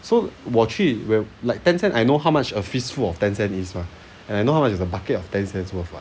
so 我去 will like ten cent I know how much a fistful of ten cent is mah and I know how much of a bucket of ten cents worth [what]